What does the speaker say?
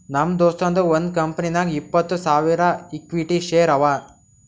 ನಮ್ ದೋಸ್ತದು ಒಂದ್ ಕಂಪನಿನಾಗ್ ಇಪ್ಪತ್ತ್ ಸಾವಿರ ಇಕ್ವಿಟಿ ಶೇರ್ ಅವಾ